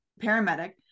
Paramedic